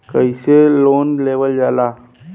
कैसे लोन लेवल जाला?